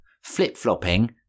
Flip-flopping